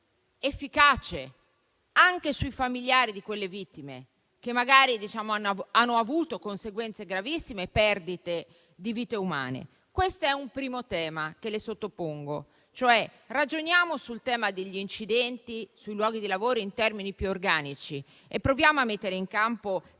efficace anche sui familiari di quelle vittime che magari hanno avuto conseguenze gravissime, con perdita di vite umane? Questo è un primo tema che le sottopongo. Ragioniamo sul tema degli incidenti sui luoghi di lavoro in termini più organici e proviamo a mettere in campo